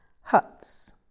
Huts